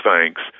thanks